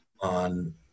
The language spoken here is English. on